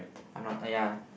I'm not uh ya